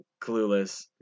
clueless